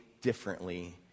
differently